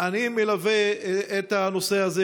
אני מלווה את הנושא הזה,